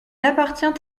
appartient